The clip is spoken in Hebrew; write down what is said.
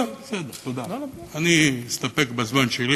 לא, בסדר, תודה, אני אסתפק בזמן שלי,